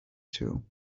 too